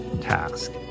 task